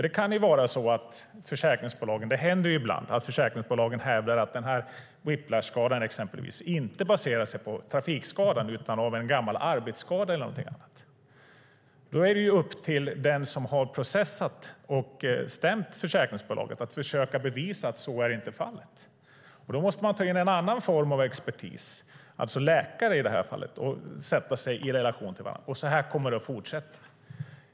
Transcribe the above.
Det händer ju ibland att försäkringsbolagen hävdar att exempelvis den här whiplashskadan inte baserar sig på trafikskadan utan på en gammal arbetsskada eller någonting annat. Då är det upp till den som har processat och stämt försäkringsbolaget att försöka bevisa att så inte är fallet. Då måste man ta in en annan form av expertis, alltså läkare i det här fallet, och sätta sig i relation till varandra. Så här kommer det att fortsätta.